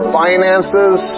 finances